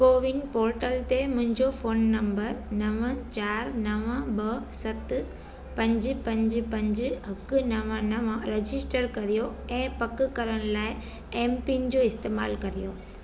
CoWIN portal ते मुंहिंजो phone number नव चारि नव ॿ सत पंज पंज पंज हक नव नव रजिस्टर करियो ऐं पक करण लाइ एम पिन जो इस्तेमालु करियो